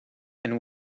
and